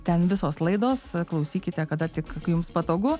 ten visos laidos klausykite kada tik jums patogu